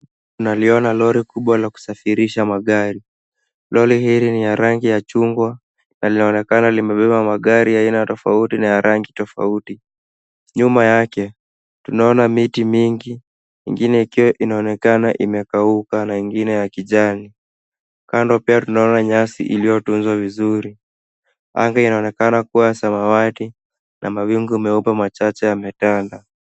Tunaliona lori kubwa la kusafirisha magari. Lori hili ni la rangi ya chungwa na linaonekana limebeba magari aina tofauti na ya rangi tofauti. Nyuma yake, tunaona miti mingi, ingine ikiwa inaonekana imekauka na ingine ya kijani. Kando pia tunaona nyasi, iliyotunzwa vizuri. Anga inaonekana kuwa ya samawati na mawingu meupe machache yametanda.